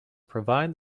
provide